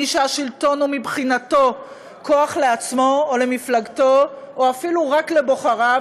מי שהשלטון הוא מבחינתו כוח לעצמו או למפלגתו או אפילו רק לבוחריו,